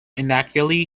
inaccurately